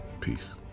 Peace